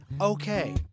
Okay